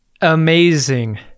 amazing